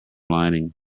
lining